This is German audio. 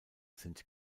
sind